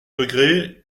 degrés